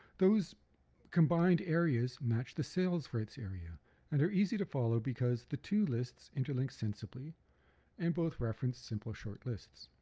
those combined areas match the sales for its area and are easy to follow because the two lists interlink sensibly and both reference simple short lists.